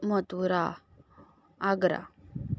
Mathura Agra